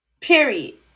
Period